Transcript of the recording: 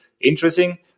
interesting